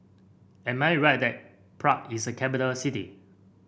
am I right that Prague is a capital city